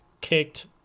kicked